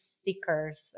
stickers